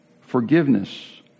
forgiveness